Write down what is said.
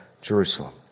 Jerusalem